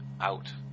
out